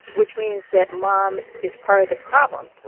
which means that mom is part of the problem.